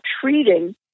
treating